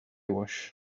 wash